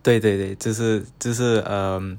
对对对就是就是 um